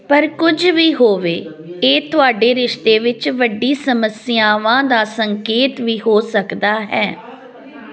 ਪਰ ਕੁਝ ਵੀ ਹੋਵੇ ਇਹ ਤੁਹਾਡੇ ਰਿਸ਼ਤੇ ਵਿੱਚ ਵੱਡੀ ਸਮੱਸਿਆਵਾਂ ਦਾ ਸੰਕੇਤ ਵੀ ਹੋ ਸਕਦਾ ਹੈ